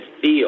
feel